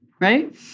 Right